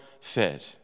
fed